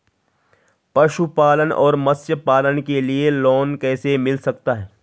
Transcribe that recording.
पशुपालन और मत्स्य पालन के लिए लोन कैसे मिल सकता है?